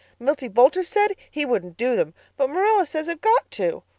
milty boulter said he wouldn't do them, but marilla says i've got to.